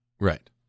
Right